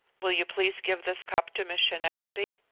will you please give this cup to miss schenectady?